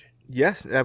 Yes